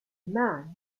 man